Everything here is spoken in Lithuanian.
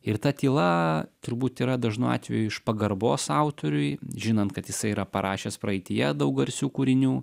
ir ta tyla turbūt yra dažnu atveju iš pagarbos autoriui žinant kad jisai yra parašęs praeityje daug garsių kūrinių